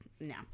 no